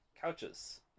couches